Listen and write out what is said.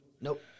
Nope